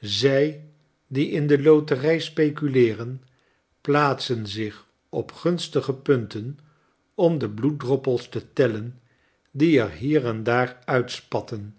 zij die in de loterij speculeeren plaatsen zich op gunstige punten om de bloeddroppels te tellen die er hier en daar uitspatten